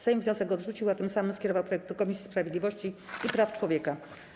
Sejm wniosek odrzucił, a tym samym skierował projekt do Komisji Sprawiedliwości i Praw Człowieka.